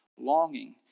longing